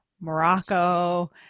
Morocco